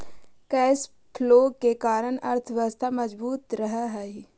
cash flow के कारण अर्थव्यवस्था मजबूत रहऽ हई